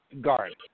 guard